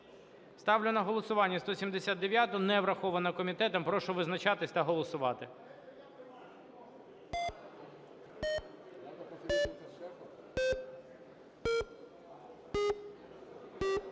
Ставлю на голосування 179-у. Не врахована комітетом. Прошу визначатись та голосувати.